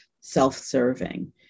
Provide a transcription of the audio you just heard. self-serving